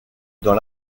dans